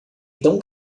tão